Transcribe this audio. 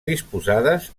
disposades